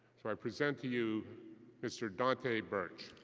so i present to you mr. dante burch.